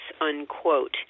unquote